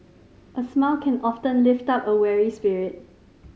a smile can often lift up a weary spirit